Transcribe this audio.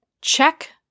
Check